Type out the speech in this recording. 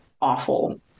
awful